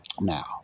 now